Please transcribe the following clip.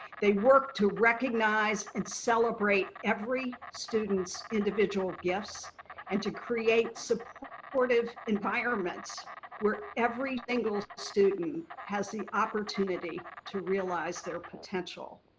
they work to recognize and celebrate every student's individual gifts and to create supportive supportive environments where every single student has the opportunity to realize their potential.